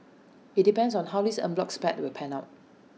IT depends on how this en bloc spate will pan out